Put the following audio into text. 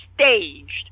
staged